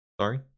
Sorry